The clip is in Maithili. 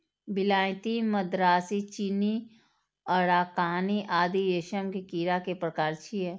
विलायती, मदरासी, चीनी, अराकानी आदि रेशम के कीड़ा के प्रकार छियै